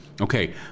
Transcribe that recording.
Okay